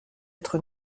être